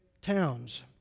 towns